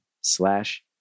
slash